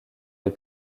les